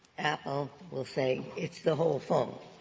apple will say it's the whole phone.